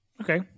Okay